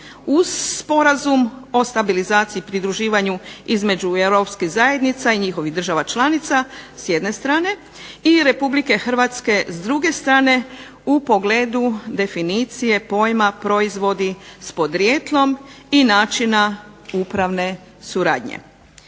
uz sporazum o stabilizaciji i pridruživanju između europskih zajednica i njihovih država članica s jedne strane i Republike Hrvatske s druge strane, u pogledu definicije pojma "Proizvodi s podrijetlom" i načina upravne suradnje.